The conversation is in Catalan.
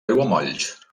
aiguamolls